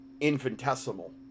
infinitesimal